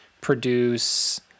produce